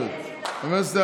מוותרת?